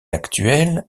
actuel